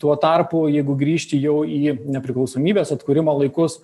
tuo tarpu jeigu grįžti jau į nepriklausomybės atkūrimo laikus